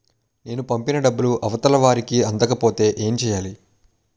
నేను పంపిన డబ్బులు అవతల వారికి అందకపోతే ఏంటి చెయ్యాలి?